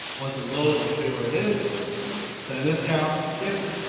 once it loads. i'll show you where it is set a discount. skip